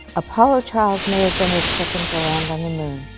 apollo twelve may have been the second to land on the moon,